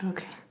Okay